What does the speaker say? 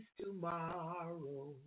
tomorrow